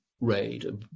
raid